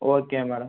okay madam